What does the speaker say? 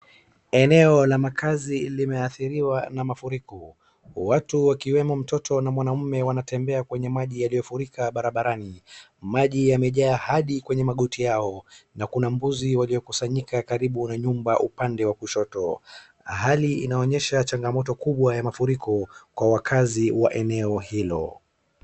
Eneo la makaazi limeathiriwa na mafuriko, watu wakiwemo mtoto na mwanamume wanatembea kwenye maji yaliyofurika barabarani, maji yamejaa hadi kwenye magoti yao, na kuna mbuzi waliokusanyika karibu na nyumba upande wa kushoto. Hali inaonyesha changamoto kubwa ya mafuriko kwa wakaazi wa eneo hilo.